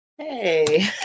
Hey